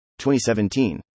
2017